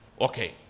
Okay